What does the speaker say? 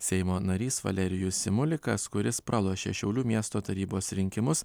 seimo narys valerijus simulikas kuris pralošė šiaulių miesto tarybos rinkimus